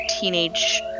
teenage